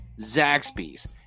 Zaxby's